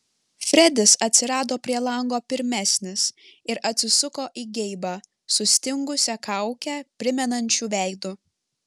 fredis atsirado prie lango pirmesnis ir atsisuko į geibą sustingusią kaukę primenančiu veidu